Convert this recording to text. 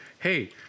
hey